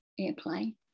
airplay